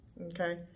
Okay